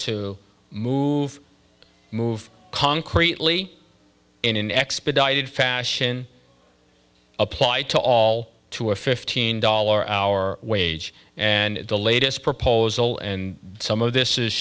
to move move concretely in an expedited fashion apply to all to a fifteen dollar hour wage and the latest proposal and some of this is